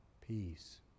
peace